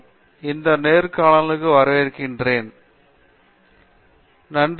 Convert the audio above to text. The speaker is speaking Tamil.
எனவே இந்த நேர்காணலுக்கு வரவேற்கிறேன்